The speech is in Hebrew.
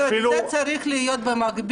אפילו --- זה צריך להיות במקביל,